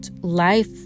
life